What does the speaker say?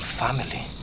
family